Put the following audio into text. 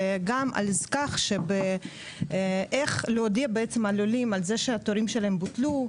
וגם על כך שאיך להודיע בעצם לעולים על זה שהתורים שלהם בוטלו,